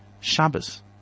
Shabbos